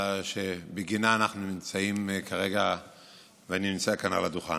שבגינה אנחנו נמצאים כאן כרגע ואני נמצא על הדוכן.